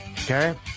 Okay